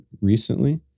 recently